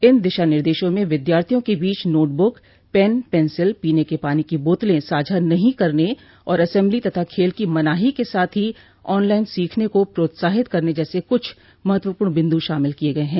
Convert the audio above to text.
इन दिशानिर्देशों में विद्यार्थियों के बीच नोट बुक पेन पेंसिल पीने के पानी की बोतलें साझा नहों करने और असेम्बली तथा खेल की मनाही के साथ ही ऑनलाइन सीखने को प्रोत्साहित करने जैसे कुछ महत्वपूर्ण बिंदु शामिल किए गए हैं